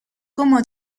como